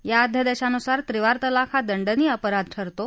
या अध्यादेशानुसार त्रिवार तलाक हा दंडनीय अपराध ठरतो